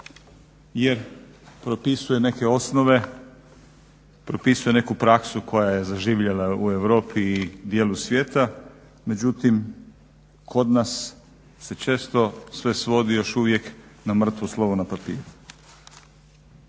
jer propisuje neke osnove, propisuje neku praksu koja je zaživjela u Europi i dijelu svijeta, međutim kod nas se često sve svodi još uvijek na mrtvo slovo na papiru.